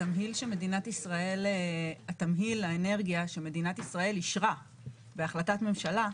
התמהיל האנרגיה שמדינת ישראל אישרה בהחלטת ממשלה,